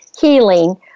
healing